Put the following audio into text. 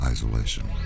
Isolation